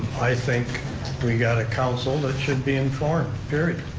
i think we got a council that should be informed, period.